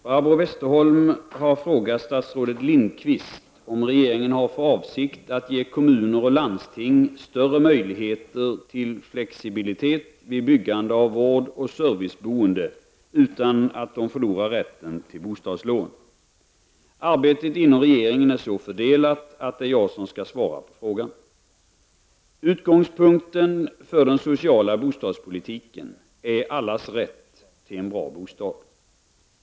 Herr talman! Barbro Westerholm har frågat statsrådet Lindqvist om regeringen har för avsikt att ge kommuner och landsting större möjligheter till flexibilitet vid byggande av vårdoch serviceboende utan att de förlorar rätten till bostadslån. Arbetet inom regeringen är så fördelat att det är jag som skall svara på frågan. Utgångspunkten för den sociala bostadspolitiken är allas rätt till en bra bostad.